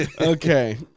Okay